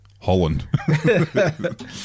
Holland